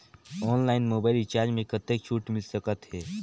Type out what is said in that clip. Online mobile recharge मे कतेक छूट मिल सकत हे?